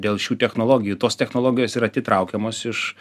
dėl šių technologijų tos technologijos ir atitraukiamos iš